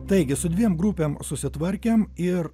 taigi su dviem grupėm susitvarkėme ir